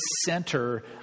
center